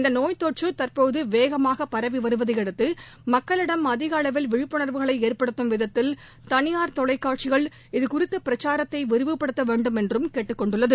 இந்த நோய் தொற்று தற்போது வேகமாக பரவிவருவதையடுத்து மக்களிடம் அதிக அளவில் விழிப்புணர்வுகளை ஏற்படுத்தும் விதத்தில் தனியார் தொலைக்காட்சிகள் இதுகுறித்த பிரச்சாரத்தை விரிவுபடுத்த வேண்டுமென்று கேட்டுக்கொண்டுள்ளது